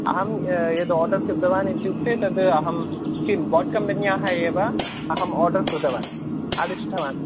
अहं यद् आर्डर् कृतवान् इत्युक्ते तद् अहं किं बोट् कम्पन्याः एव अहम् आर्डर् कृतवान् आदिष्टवान्